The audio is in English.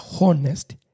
honest